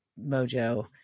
mojo